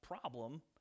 problem